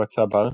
הוא ה'צבר',